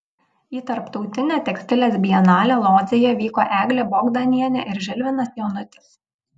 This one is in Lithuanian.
į tarptautinę tekstilės bienalę lodzėje vyko eglė bogdanienė ir žilvinas jonutis